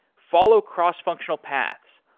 follow cross-functional paths,